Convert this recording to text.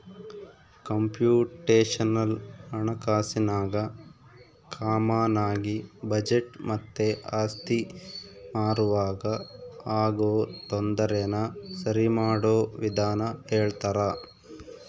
computational ಹಣಕಾಸಿನಾಗ ಕಾಮಾನಾಗಿ budget ಮತ್ತೆ ಆಸ್ತಿ ಮಾರುವಾಗ ಆಗೋ ತೊಂದರೆನ ಸರಿಮಾಡೋ ವಿಧಾನ ಹೇಳ್ತರ